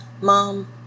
mom